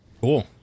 Cool